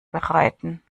bereiten